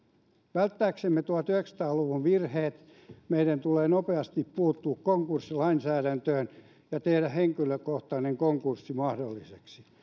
välttääksemme tuhatyhdeksänsataayhdeksänkymmentä luvun virheet meidän tulee nopeasti puuttua konkurssilainsäädäntöön ja tehdä henkilökohtainen konkurssi mahdolliseksi